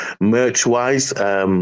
Merch-wise